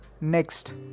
Next